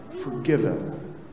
forgiven